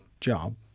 job